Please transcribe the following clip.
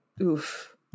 Oof